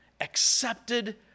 accepted